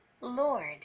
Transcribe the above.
Lord